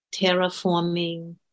terraforming